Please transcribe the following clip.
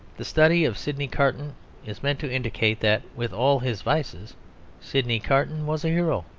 the study of sydney carton is meant to indicate that with all his vices sydney carton was a hero.